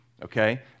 okay